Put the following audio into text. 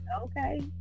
okay